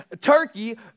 Turkey